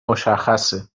مشخصه